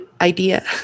idea